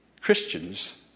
Christians